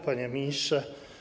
Panie Ministrze!